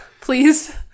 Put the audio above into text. please